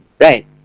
right